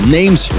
Names